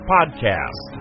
Podcast